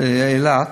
באילת